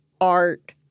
art